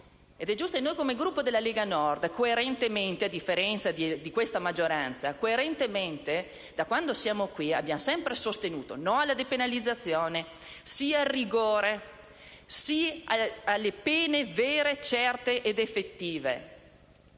di rilievo. E noi, come Gruppo della Lega Nord, con coerenza, e a differenza di questa maggioranza, da quando siamo qui abbiamo sempre sostenuto no alla depenalizzazione, sì al rigore e alle pene vere, certe ed effettive.